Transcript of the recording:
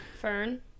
Fern